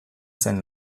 zen